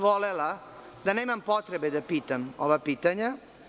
Volela bih da nemam potrebe da pitam ova pitanja.